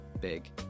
big